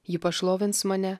ji pašlovins mane